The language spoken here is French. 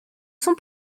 sont